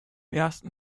ersten